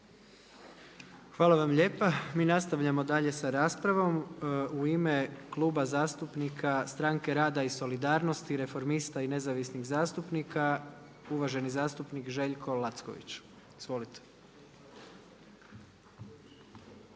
Hvala vam lijepa. Mi nastavljamo dalje sa raspravom. U ime Kluba zastupnika Stranke rada i solidarnosti, Reformista i nezavisnih zastupnika uvaženi zastupnik Željko Lacković. Izvolite.